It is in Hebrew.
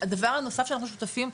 שהדבר הנוסף שאנחנו שותפים,